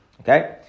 Okay